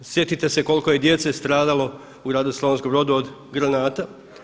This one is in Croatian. Sjetite se koliko je djece stradalo u gradu Slavonskom Brodu od granata.